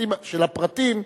בנושאים של הפרטים,